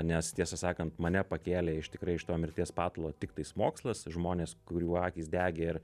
nes tiesą sakant mane pakėlė iš tikrai iš to mirties patalo tiktais mokslas žmonės kurių akys degė ir